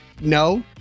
No